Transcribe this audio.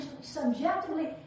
subjectively